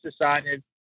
decided